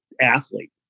athlete